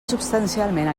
substancialment